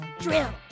Drill